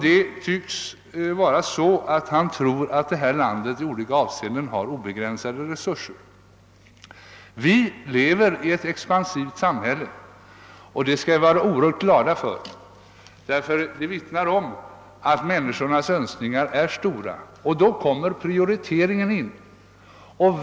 Det tycks vara så, att han tror, att detta land i olika avseenden har obegränsade resurser. Vi le. er i ett expansivt samhälle, och det skall vi vara oerhört glada för, därför att det vittnar om att människornas önskningar är stora. Då kommer prioriteringen in.